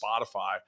Spotify